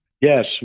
Yes